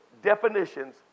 Definitions